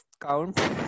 count